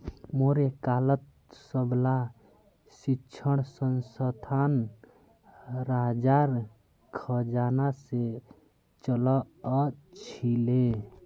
मौर्य कालत सबला शिक्षणसंस्थान राजार खजाना से चलअ छीले